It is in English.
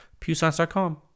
PewScience.com